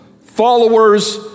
followers